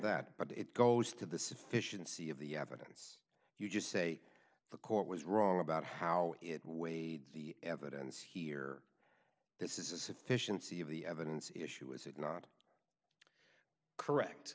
that but it goes to the sufficiency of the evidence you just say the court was wrong about how it weighed the evidence here this is a sufficiency of the evidence issue is it not correct